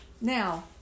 Now